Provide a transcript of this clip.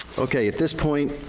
okay, at this point,